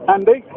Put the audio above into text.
Andy